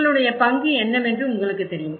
உங்களுடைய பங்கு என்னவென்று உங்களுக்குத் தெரியும்